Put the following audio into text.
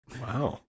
Wow